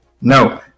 No